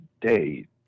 day